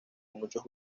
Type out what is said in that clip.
muchos